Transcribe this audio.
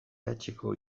hatxeko